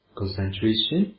concentration